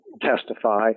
testify